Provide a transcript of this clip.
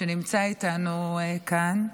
שנמצא איתנו כאן.